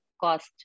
cost